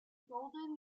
golden